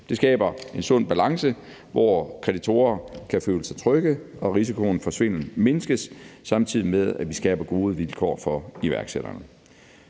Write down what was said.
Det skaber en sund balance, hvor kreditorer kan føle sig trygge og risikoen for svindel mindskes, samtidig med at vi skaber gode vilkår for iværksætterne.